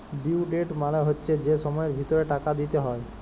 due date মালে হচ্যে যে সময়ের ভিতরে টাকা দিতে হ্যয়